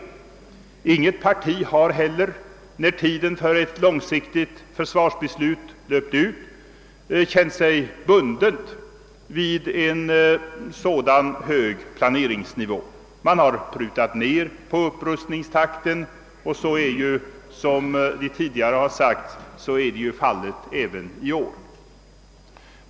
Inget parti har heller när tiden för ett långsiktigt försvarsbeslut löpt ut känt sig bundet vid en sådan hög planeringsnivå. Man har prutat av på upprustningstakten, och så är som tidigare sagts fallet även i år.